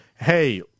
hey